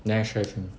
then I share with him